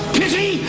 pity